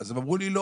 האם נכון